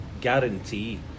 guarantee